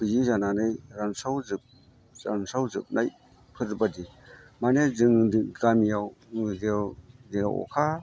गैयि जानानै रानसावजोबनाय फोरबादि माने जोंनि गामियाव जेराव अखा